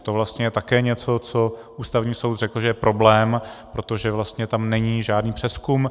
To je vlastně také něco, co Ústavní soud řekl, že je problém, protože vlastně tam není žádný přezkum.